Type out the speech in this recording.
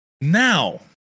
now